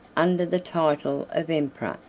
under the title of emperor,